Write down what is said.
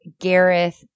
Gareth